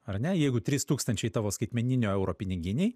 ar ne jeigu trys tūktančiai tavo skaitmeninio euro piniginėj